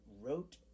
wrote